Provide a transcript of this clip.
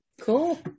Cool